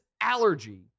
allergy